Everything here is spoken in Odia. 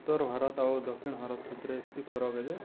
ଉତ୍ତର ଭାରତ ଆଉ ଦକ୍ଷିଣ ଭାରତ ଭିତରେ ଏତକି ଫରକ ଯେ